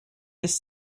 his